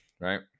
right